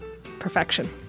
Perfection